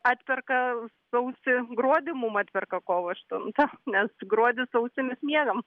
atperka sausį gruodį mum atperka kovo aštunta nes gruodį sausį mes miegam